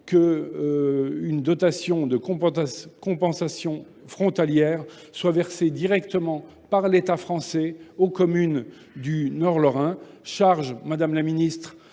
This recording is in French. qu’une dotation de compensation frontalière soit versée directement par l’État français aux communes du Nord Lorrain. Charge à vous, madame la ministre,